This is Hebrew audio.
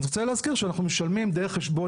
אני רוצה להזכיר שאנחנו משלמים דרך חשבון